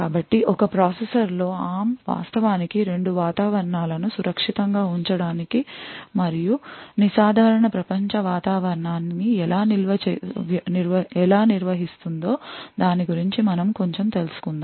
కాబట్టి ఒకే ప్రాసెసర్లో ARM వాస్తవానికి రెండు వాతావరణాలను సురక్షితంగా ఉంచడానికి మరియు ని సాధారణ ప్రపంచ వాతావరణాన్ని ఎలా నిర్వహిస్తుందనే దాని గురించి మనము కొంచెం తెలుసుకుందాం